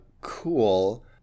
Cool